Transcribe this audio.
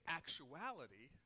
actuality